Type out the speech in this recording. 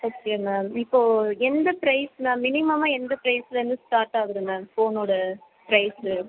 okay ma'am இப்போது எந்த ப்ரைஸில் மினிமமாக எந்த ப்ரைஸ்லேருந்து ஸ்டாட் ஆகுது மேம் ஃபோனோட ப்ரைஸு